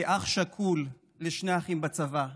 כאח שכול לשני אחים בצבא,